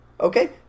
Okay